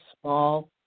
small